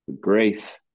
grace